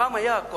פעם היה,